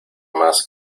más